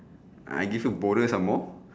ah I give you bonus some more